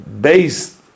based